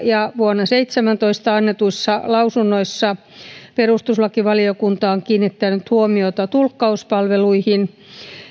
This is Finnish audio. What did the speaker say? ja vuonna kaksituhattaseitsemäntoista annetuissa lausunnoissa perustuslakivaliokunta on kiinnittänyt huomiota tulkkauspalveluihin